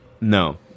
No